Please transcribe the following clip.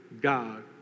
God